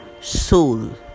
soul